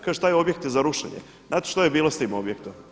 Kaže: „Taj objekt je za rušenje.“ Znate što je bilo s tim objektom?